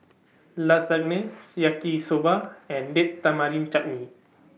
Lasagne Yaki Soba and Date Tamarind Chutney